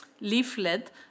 leaflet